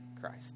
Christ